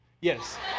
yes